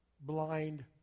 blind